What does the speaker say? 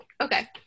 okay